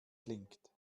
klingt